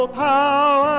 power